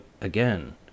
again